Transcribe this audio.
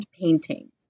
painting